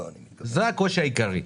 זה הקושי העיקרי.